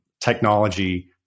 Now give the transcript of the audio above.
technology